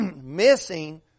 missing